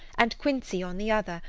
and quincey on the other,